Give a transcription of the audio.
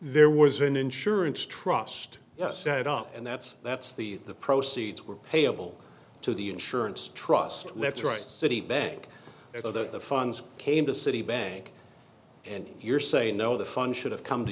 there was an insurance trust us set up and that's that's the the proceeds were payable to the insurance trust let's write citibank and other funds came to citibank and you're saying no the fun should have come to